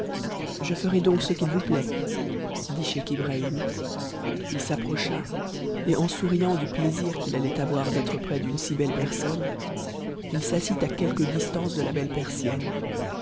je ferai donc ce qu'il vous plaît dit scheich ibrahim h s'approcha et en souriant du plaisir qu'il allait avoir d'être près d'une si belle personne il s'assit à quelque distance de la belle persienne